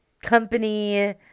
company